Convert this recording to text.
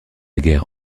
guerre